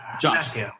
Josh